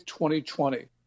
2020